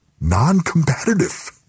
non-competitive